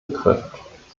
betrifft